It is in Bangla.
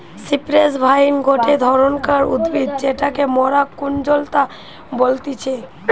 সিপ্রেস ভাইন গটে ধরণকার উদ্ভিদ যেটাকে মরা কুঞ্জলতা বলতিছে